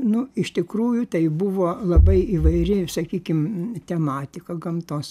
nu iš tikrųjų tai buvo labai įvairi sakykim tematika gamtos